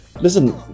Listen